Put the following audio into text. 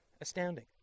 Astounding